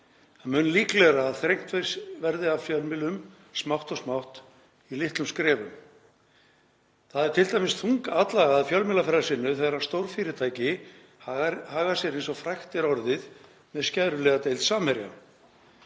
Það er mun líklegra að þrengt verði að fjölmiðlum smátt og smátt í litlum skrefum. Það er t.d. þung atlaga að fjölmiðlafrelsi nú þegar stórfyrirtæki hafa hagað sér eins og frægt er orðið með skæruliðadeild Samherja.